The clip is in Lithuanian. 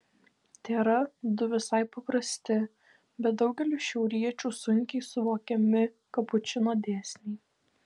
tėra du visai paprasti bet daugeliui šiauriečių sunkiai suvokiami kapučino dėsniai